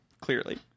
clearly